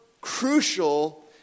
crucial